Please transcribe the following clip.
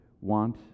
want